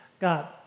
God